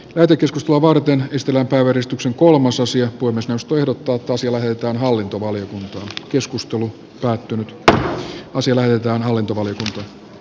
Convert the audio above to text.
lähetekeskustelua varten pistellä päiväristuksen kolmas asia kuin suostui lopulta sillä heidän hallintovaliokunta keskustelu käsittelyn pohjana on valtiovarainvaliokunnan mietintö